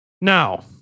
Now